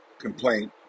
complaint